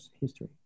history